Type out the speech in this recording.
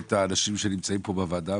ואת האנשים שנמצאים פה בוועדה,